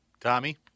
Tommy